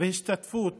והשתתפות